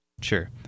Sure